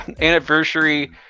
anniversary